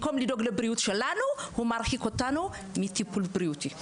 במקום לדאוג לבריאות שלנו הוא מרחיק אותנו מטיפול בריאותי.